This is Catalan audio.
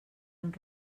amb